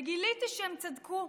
וגיליתי שהם צדקו.